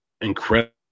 incredible